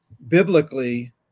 Biblically